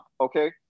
Okay